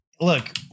Look